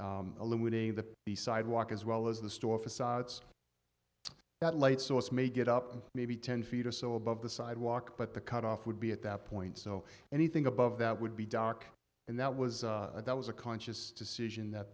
illuminating the the sidewalk as well as the store facades that light source may get up maybe ten feet or so above the sidewalk but the cut off would be at that point so anything above that would be dark and that was that was a conscious decision that